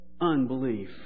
unbelief